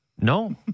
No